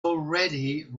already